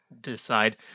decide